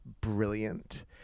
brilliant